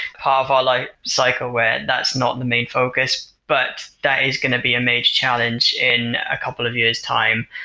half of our life cycle where that's not the main focus, but that is going to be a major challenge in a couple of years' time,